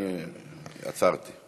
עצרתי.